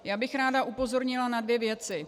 Já bych ráda upozornila na dvě věci.